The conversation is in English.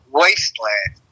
wasteland